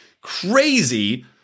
crazy